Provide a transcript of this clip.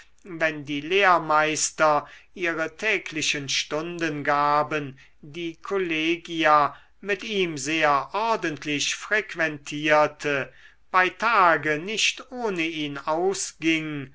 wenn die lehrmeister ihre täglichen stunden gaben die kollegia mit ihm sehr ordentlich frequentierte bei tage nicht ohne ihn ausging